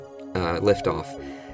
liftoff